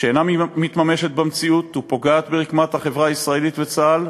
שאינה מתממשת במציאות ופוגעת ברקמת החברה הישראלית ובצה"ל,